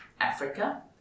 Africa